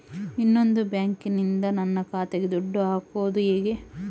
ಇನ್ನೊಂದು ಬ್ಯಾಂಕಿನಿಂದ ನನ್ನ ಖಾತೆಗೆ ದುಡ್ಡು ಹಾಕೋದು ಹೇಗೆ?